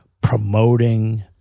promoting